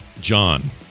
John